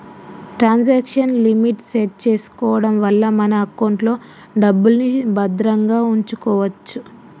transaction limit set చేసుకోడం వల్ల మన ఎకౌంట్లో డబ్బుల్ని భద్రంగా వుంచుకోచ్చు